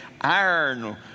iron